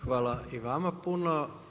Hvala i vama puno.